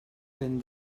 ben